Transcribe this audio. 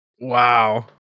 Wow